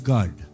God